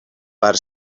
per